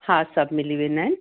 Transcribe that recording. हा सभु मिली वेंदा आहिनि